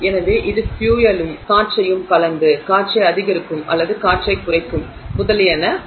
எனவே இது பியூலயும் காற்றையும் கலந்து காற்றை அதிகரிக்கும் அல்லது காற்றைக் குறைக்கும் முதலியன மற்றும் அதை 0